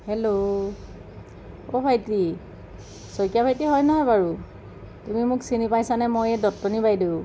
hello ভাইটি শইকীয়া ভাইটি হয় নহয় বাৰু তুমি মোক চিনি পাইছানে মই এই দত্তনী বাইদেউ